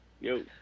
Yo